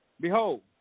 Behold